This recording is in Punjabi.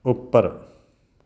ਉੱਪਰ